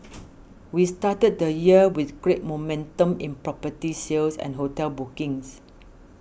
we started the year with great momentum in property sales and hotel bookings